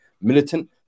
militant